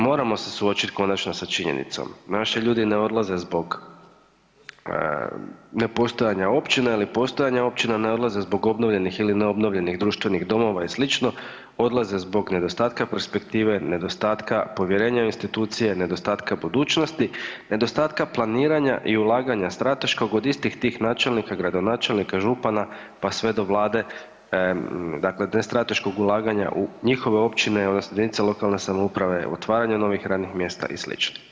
Moramo se suočiti konačno sa činjenicom, naši ljudi ne odlaze zbog nepostojanja općina ili postojanja općina, ne odlaze zbog obnovljenih ili ne obnovljenih društvenih domova i sl., odlaze zbog nedostatka perspektive, nedostatka povjerenja u institucije, nedostatka budućnosti, nedostatka planiranja i ulaganja strateškog od istih ti načelnika, gradonačelnika, župana pa sve do Vlade, dakle bez strateškog ulaganja u njihove općine odnosno jedinice lokalne samouprave, otvaranje novih radnim mjesta i sl.